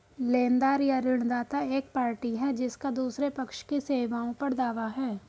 लेनदार या ऋणदाता एक पार्टी है जिसका दूसरे पक्ष की सेवाओं पर दावा है